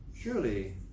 surely